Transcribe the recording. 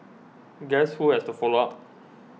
guess who has to follow up